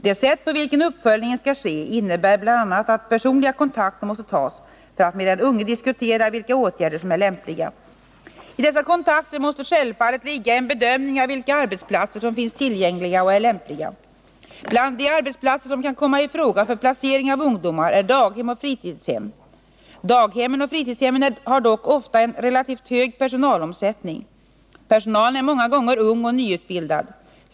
Det sätt på vilket uppföljningen skall ske innebär bl.a. att personliga kontakter måste tas för att med den unge diskutera vilka åtgärder som är lämpliga. I dessa kontakter måste självfallet ligga en bedömning av vilka arbetsplatser som finns tillgängliga och är lämpliga. Bland de arbetsplatser som kan komma i fråga för placering av ungdomar är daghem och fritidshem. Daghemmen och fritidshemmen har dock ofta en relativt hög personalomsättning. Personalen är många gånger ung och nyutbildad.